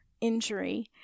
injury